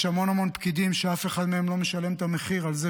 יש המון המון פקידים שאף אחד מהם לא משלם את המחיר על זה